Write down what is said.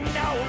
no